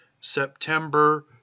September